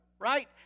right